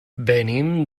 venim